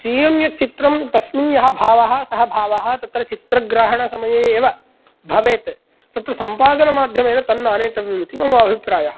स्वीयं यत् चित्रं तस्मिन् यः भावः सः भावः तत्र चित्रग्रहणसमये एव भवेत् तत्तु सम्पादनमाध्यमेन तन्नानेतव्यम् इति मम अभिप्रायः